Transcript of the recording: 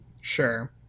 Sure